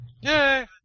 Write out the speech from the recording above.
yay